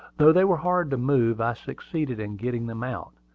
though they were hard to move, i succeeded in getting them out.